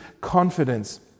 confidence